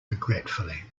regretfully